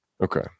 Okay